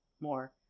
more